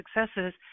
successes